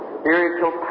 spiritual